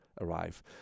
arrive